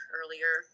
earlier